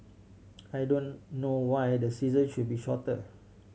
I don't know why the season should be shorter